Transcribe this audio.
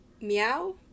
Meow